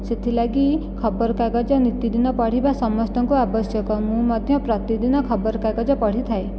ସେଥିଲାଗି ଖବରକାଗଜ ନୀତିଦିନ ପଢ଼ିବା ସମସ୍ତଙ୍କୁ ଆବଶ୍ୟକ ମୁଁ ମଧ୍ୟ ପ୍ରତିଦିନ ଖବରକାଗଜ ପଢ଼ିଥାଏ